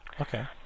Okay